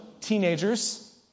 teenagers